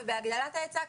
ובהגדלת ההיצע,